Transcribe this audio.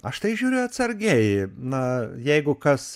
aš tai žiūriu atsargiai na jeigu kas